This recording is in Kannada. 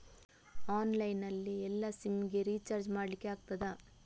ಆನ್ಲೈನ್ ನಲ್ಲಿ ಎಲ್ಲಾ ಸಿಮ್ ಗೆ ರಿಚಾರ್ಜ್ ಮಾಡಲಿಕ್ಕೆ ಆಗ್ತದಾ?